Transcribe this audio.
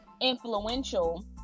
influential